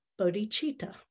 bodhicitta